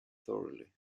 thoroughly